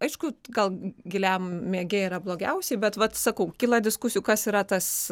aišku gal giliam miege yra blogiausiai bet vat sakau kyla diskusijų kas yra tas